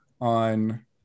on